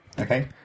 Okay